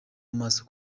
amaso